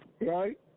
right